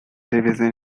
division